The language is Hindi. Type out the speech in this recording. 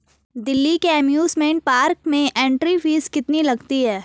दिल्ली के एमयूसमेंट पार्क में एंट्री फीस कितनी लगती है?